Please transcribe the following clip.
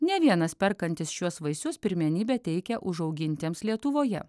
ne vienas perkantis šiuos vaisius pirmenybę teikia užaugintiems lietuvoje